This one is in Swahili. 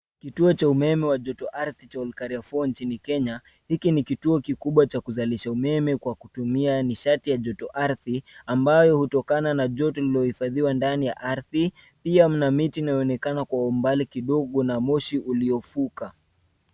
Kituo cha umeme cha jotoardhi cha Olkaria 4 nchini Kenya. Hiki ni kituo kikubwa cha kuzalisha umeme kwa kutumia nishati ya jotoardhi ambayo hutokana na joto lililohifadhiwa ndani ya ardhi. Pia kuna miti inaonekana kwa umbali kidogo na moshi uliofuka.